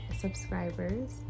subscribers